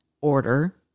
order